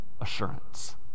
assurance